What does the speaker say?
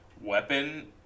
weapon